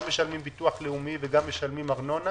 גם משלמים ביטוח לאומי וגם משלמים ארנונה